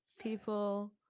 people